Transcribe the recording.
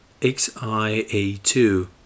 XIA2